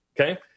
Okay